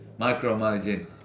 micromanaging